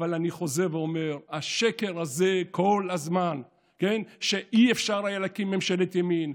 אבל אני חוזר ואומר: השקר הזה כל הזמן שלא היה אפשר להקים ממשלת ימין,